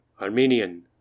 Armenian